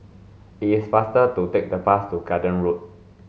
is faster to take the bus to Garden Road